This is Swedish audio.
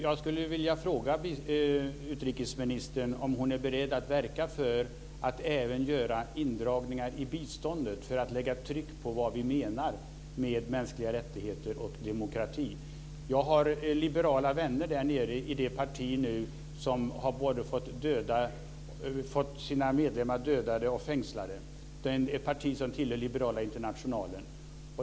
Jag vill fråga utrikesministern om hon är beredd att verka för att även göra indragningar i biståndet för att lägga tryck på vad vi menar med mänskliga rättigheter och demokrati. Jag har liberala vänner där nere i det parti som nu har fått sina medlemmar både dödade och fängslade. Det är ett parti som tillhör den liberala internationalen.